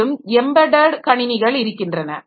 மேலும் எம்படட் கணினிகள் இருக்கின்றன